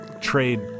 trade